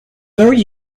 very